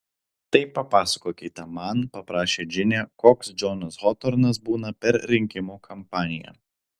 tai papasakokite man paprašė džinė koks džonas hotornas būna per rinkimų kampaniją